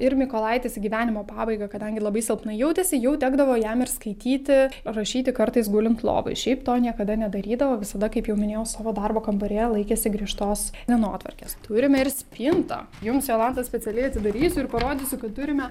ir mykolaitis į gyvenimo pabaigą kadangi labai silpnai jautėsi jau tekdavo jam ir skaityti rašyti kartais gulint lovoj šiaip to niekada nedarydavo visada kaip jau minėjau savo darbo kambaryje laikėsi griežtos dienotvarkės turime ir spintą jums jolanta specialiai atidarysiu ir parodysiu kad turime